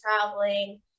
traveling